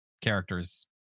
characters